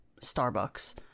Starbucks